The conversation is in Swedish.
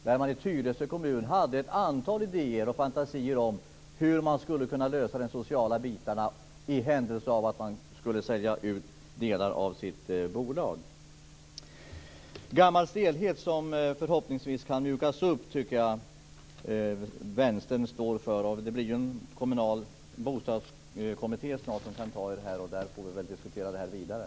I Tyresö kommun hade man ett antal idéer och fantasier som hur man skulle kunna lösa de sociala bitarna i händelse av att kommunen skulle sälja ut av sitt bolag. Gammal stelhet som förhoppningsvis kan mjukas upp tycker jag Vänstern står för. Det blir en kommunal bostadskommitté snart där vi får diskutera frågan vidare.